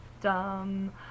Dum